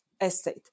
estate